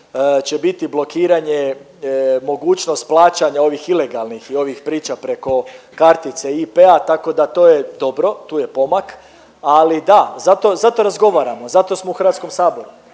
će biti blokiranje mogućnost plaćanja ovih ilegalnih i ovih priča preko kartice IP-a, tako da to je dobro, tu je pomak, ali da, zato, zato razgovaramo, zato smo u HS, zato